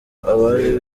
abari